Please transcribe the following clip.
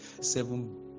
seven